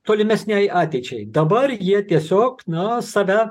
tolimesnei ateičiai dabar jie tiesiog na save